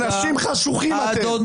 אנשים חשוכים אתם.